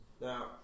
Now